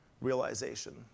realization